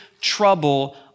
trouble